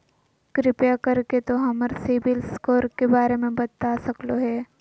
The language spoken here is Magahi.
कृपया कर के तों हमर सिबिल स्कोर के बारे में बता सकलो हें?